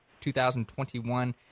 2021